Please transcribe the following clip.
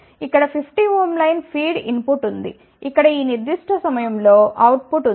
కాబట్టి ఇక్కడ 50 online feed input ఉంది ఇక్కడ ఈ నిర్దిష్ట సమయంలో అవుట్ పుట్ ఉంది